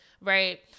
right